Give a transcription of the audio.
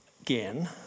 again